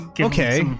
Okay